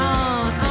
on